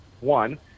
One